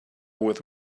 with